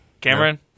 Cameron